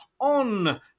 on